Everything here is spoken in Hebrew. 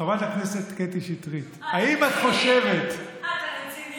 חברת הכנסת קטי שטרית, האם את חושבת, אתה רציני?